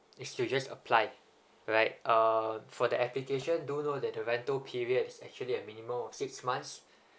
is you just apply right uh for the application do know that the rental periods is actually a minimum of six months